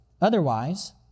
Otherwise